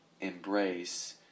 embrace